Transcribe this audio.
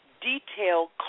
detailed